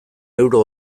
euro